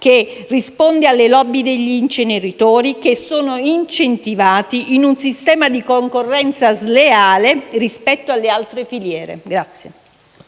che risponde alle *lobby* degli inceneritori, che sono incentivati in un sistema di concorrenza sleale rispetto alle altre filiere. [DI